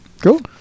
cool